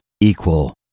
equal